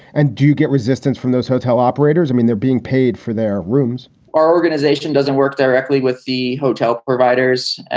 and do you get resistance from those hotel operators? i mean, they're being paid for their rooms our organization doesn't work directly with the hotel providers.